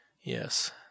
yes